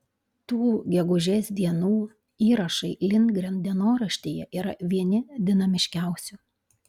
tų gegužės dienų įrašai lindgren dienoraštyje yra vieni dinamiškiausių